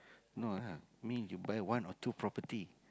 no lah means you buy one or two property